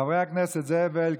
חברי הכנסת זאב אלקין,